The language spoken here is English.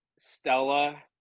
Stella